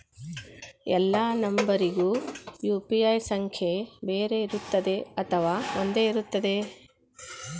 ಎಲ್ಲಾ ನಂಬರಿಗೂ ಯು.ಪಿ.ಐ ಸಂಖ್ಯೆ ಬೇರೆ ಇರುತ್ತದೆ ಅಥವಾ ಒಂದೇ ಇರುತ್ತದೆ?